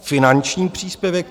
Finanční příspěvek.